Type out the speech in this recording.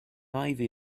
ivy